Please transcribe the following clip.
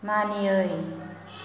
मानियै